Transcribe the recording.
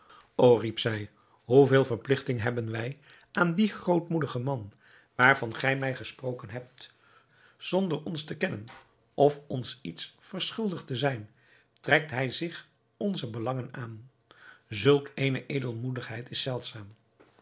o riep zij hoeveel verpligting hebben wij aan dien grootmoedigen man waarvan gij mij gesproken hebt zonder ons te kennen of ons iets verschuldigd te zijn trekt hij zich onze belangen aan zulk eene edelmoedigheid is zeldzaam